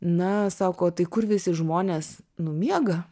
na sako o tai kur visi žmonės nu miega